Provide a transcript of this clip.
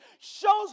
shows